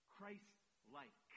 Christ-like